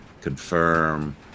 confirm